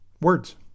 words